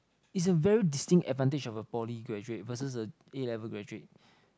is a very distinct advantage of a poly graduate versus the A-level graduate